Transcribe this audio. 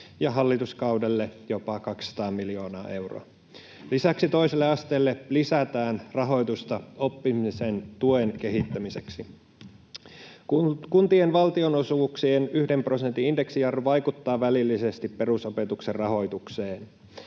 hallituskaudelle. Lisäksi toiselle asteelle lisätään rahoitusta oppimisen tuen kehittämiseksi. Kuntien valtionosuuksien yhden prosentin indeksijarru vaikuttaa välillisesti perusopetuksen rahoitukseen.